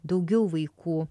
daugiau vaikų